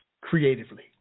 creatively